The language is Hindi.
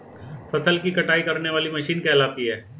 फसल की कटाई करने वाली मशीन कहलाती है?